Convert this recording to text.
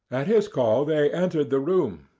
at his call they entered the room,